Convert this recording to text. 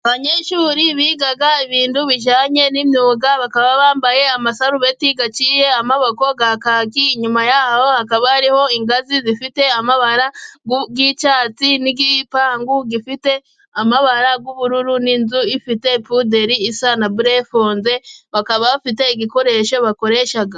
Abanyeshuri biga ibintu bijyanye n'imyuga， bakaba bambaye amasarubeti aciye amaboko ya kaki， inyuma yaho hakaba hariho ingazi zifite amabara y'icyatsi n'igipangu gifite amabara y'ubururu，n'inzu ifite puderi isa na burefonse， bakaba bafite igikoresho bakoresha.